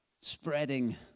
spreading